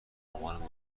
مامان